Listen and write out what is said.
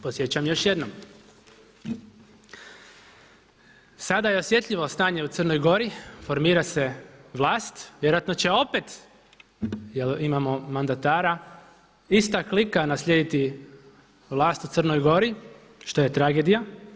Podsjećam još jednom, sada je osjetljivo stanje u Crnoj Gori, formira se vlast, vjerojatno će opet, jer imamo mandatara ista klika naslijediti vlast u Crnoj Gori što je tragedija.